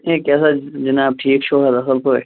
ہے کیٛاہ سا جِناب ٹھیٖک چھُو حظ اَصٕل پٲٹھۍ